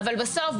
אבל בסוף,